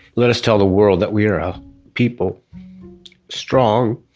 let us tell the world that we are a people strong